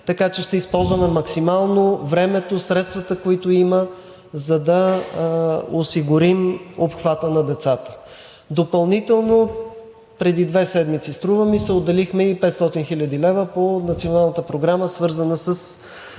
така че ще използваме максимално времето, средствата, които има, за да осигурим обхвата на децата. Допълнително – преди две седмици струва ми се, отделихме и 500 хил. лв. по Националната програма, свързана